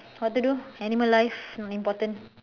what to do animal life not important